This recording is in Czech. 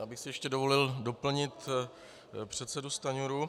Já bych si ještě dovolil doplnit předsedu Stanjuru.